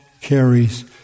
carries